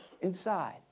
inside